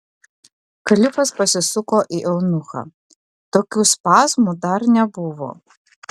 kalifas pasisuko į eunuchą tokių spazmų dar nebuvo